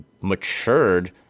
matured